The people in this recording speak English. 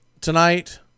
tonight